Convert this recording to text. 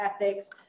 ethics